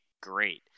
great